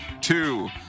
Two